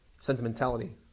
sentimentality